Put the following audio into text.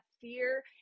fear